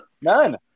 None